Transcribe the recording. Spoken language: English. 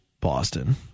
Boston